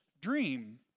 dream